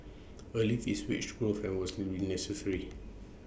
A lift is wage growth and was likely to be A necessary